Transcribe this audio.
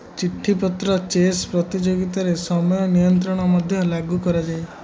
ଚିଠି ପତ୍ର ଚେସ୍ ପ୍ରତିଯୋଗିତାରେ ସମୟ ନିୟନ୍ତ୍ରଣ ମଧ୍ୟ ଲାଗୁ କରାଯାଏ